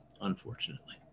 unfortunately